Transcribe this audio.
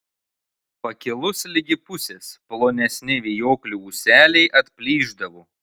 pakilus ligi pusės plonesni vijoklių ūseliai atplyšdavo